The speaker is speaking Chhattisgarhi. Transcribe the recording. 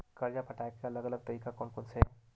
कर्जा पटाये के अलग अलग तरीका कोन कोन से हे?